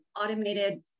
automated